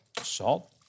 salt